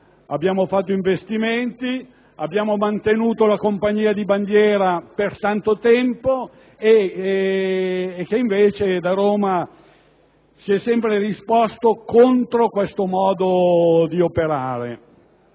ha fatto investimenti ed ha mantenuto la compagnia di bandiera per tanto tempo, mentre da Roma si è sempre risposto contro questo modo di operare.